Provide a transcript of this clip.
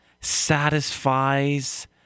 satisfies